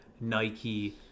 Nike